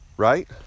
right